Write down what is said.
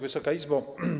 Wysoka Izbo!